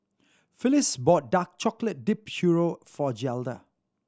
Phillis bought dark chocolate dipped churro for Zelda